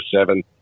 seven